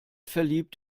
verliebt